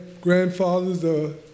grandfathers